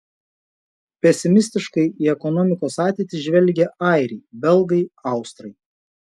pesimistiškai į ekonomikos ateitį žvelgia airiai belgai austrai